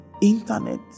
internet